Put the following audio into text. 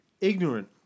ignorant